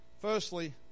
firstly